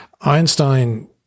Einstein